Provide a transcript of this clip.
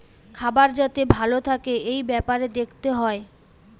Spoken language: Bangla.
খাবার যাতে ভালো থাকে এই বেপারে দেখতে হয়